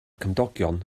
cymdogion